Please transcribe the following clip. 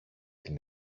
την